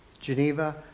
Geneva